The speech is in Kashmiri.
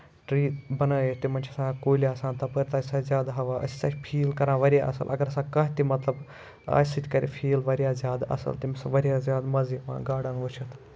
ٹری بَنٲوِتھ تِمن چھُ آسان کُلۍ آسان تَپٲرۍ تَتھ چھُ آسان زیادٕ ہوا أسۍ ہسا چھِ فیٖل کران واریاہ اَصٕل اَگر ہسا کانہہ تہِ مطلب آسہِ یِتھ کنۍ سُہ تہِ کرِ فیٖل واریاہ زیادٕ تَمہِ سۭتۍ چھُ واریاہ زیاد مَزٕ یِوان گاڈٕ وٕچھِتھ